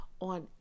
on